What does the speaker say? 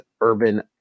Urban